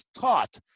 taught